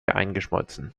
eingeschmolzen